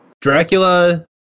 Dracula